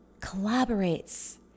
collaborates